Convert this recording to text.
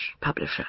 publisher